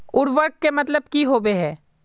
उर्वरक के मतलब की होबे है?